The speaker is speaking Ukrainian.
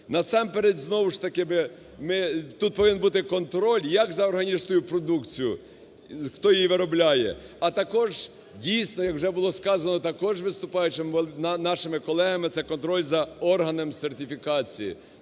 ж таки тут повинен бути контроль, як за органічну продукцію, хто її виробляє, а також, дійсно, як вже було сказано, також виступаючими нашими колегами, це контроль за органом сертифікації.